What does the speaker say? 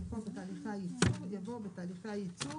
במקום "בתהליכי הייצור" יבוא "בתהליכי הייצור,